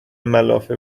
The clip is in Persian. ملافه